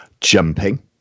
jumping